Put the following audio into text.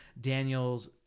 Daniel's